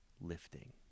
lifting